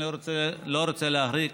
אני לא רוצה להאריך,